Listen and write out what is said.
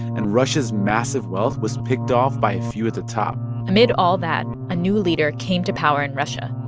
and russia's massive wealth was picked off by a few at the top amid all that, a new leader came to power in russia.